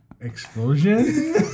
Explosion